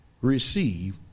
receive